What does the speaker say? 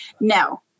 No